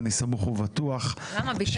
אני סמוך ובטוח למה?